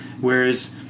Whereas